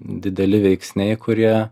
dideli veiksniai kurie